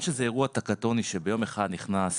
מכיוון שזה אירוע טקטוני שברגע אחד נכנס